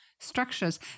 structures